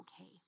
okay